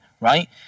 right